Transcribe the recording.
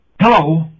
Hello